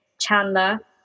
Chandler